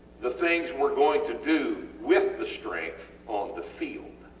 the things we are going to do with the strength on the field,